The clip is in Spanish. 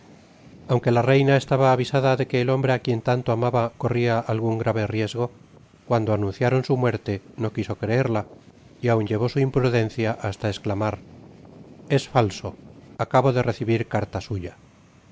aunque la reina estaba avisada de que el hombre á quien tanto amaba corria algun grave riesgo cuando anunciaron su muerte no quiso creerla y aun llevó su imprudencia hasta esclamar es falso acabo d recibir carta suya